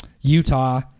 Utah